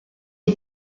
est